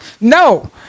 No